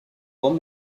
rome